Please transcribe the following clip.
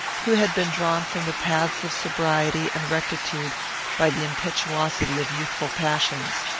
who had been drawn from the paths of sobriety and rectitude by the impetuosity of youthful passions.